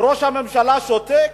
וראש הממשלה שותק.